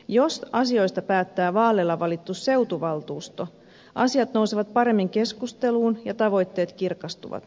jos asioista päättää vaaleilla valittu seutuvaltuusto asiat nousevat paremmin keskusteluun ja tavoitteet kirkastuvat